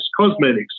cosmetics